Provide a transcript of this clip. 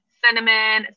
cinnamon